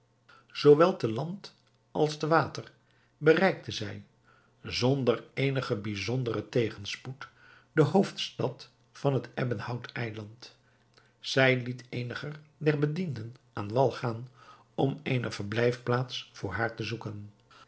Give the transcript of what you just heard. zoowel te land als te water bereikte zij zonder eenigen bijzonderen tegenspoed de hoofdstad van het ebbenhout eiland zij liet eenigen der bedienden aan wal gaan om eene verblijfplaats voor haar te zoeken